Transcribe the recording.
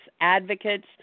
advocates